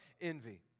envy